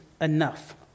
enough